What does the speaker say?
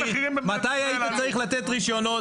מתי היית צריך לתת רישיונות?